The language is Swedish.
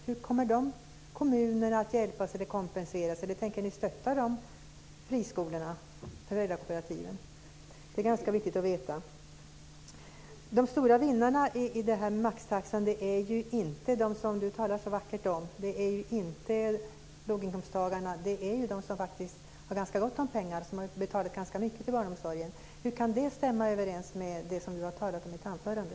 Hur kommer de kommunerna att hjälpas eller kompenseras? Eller tänker ni stötta dessa friskolor och föräldrakooperativ? Det är ganska viktigt att veta. De stora vinnarna i detta med maxtaxan är ju inte de som Mariann Ytterberg talar så vackert om. Det är inte låginkomsttagarna. Det är ju de som faktiskt har ganska gott om pengar som har betalat ganska mycket till barnomsorgen. Hur kan det stämma överens med det som Mariann Ytterberg har talat om i sitt anförande?